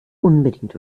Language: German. unbedingt